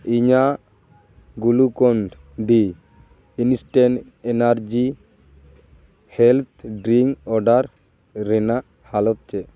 ᱤᱧᱟᱹᱜ Glucon D instant energy health drink order ᱨᱮᱱᱟᱜ ᱦᱟᱞᱚᱛ ᱪᱮᱫ